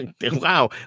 Wow